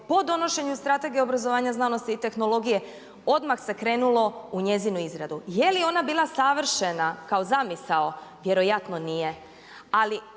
po donošenju Strategije obrazovanja, znanosti i tehnologije odmah se krenulo u njezinu izradu. Je li ona bila savršena kao zamisao vjerojatno nije.